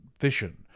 vision